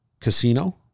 casino